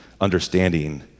understanding